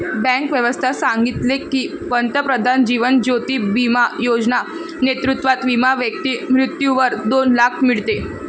bank व्यवस्था सांगितले की, पंतप्रधान जीवन ज्योती बिमा योजना नेतृत्वात विमा व्यक्ती मृत्यूवर दोन लाख मीडते